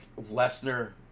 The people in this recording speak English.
Lesnar